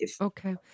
Okay